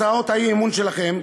הצעות האי-אמון שלכם,